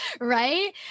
right